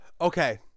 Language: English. Okay